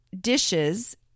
dishes